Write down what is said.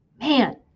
Man